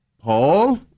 Paul